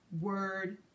word